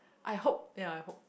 I hope ya I hope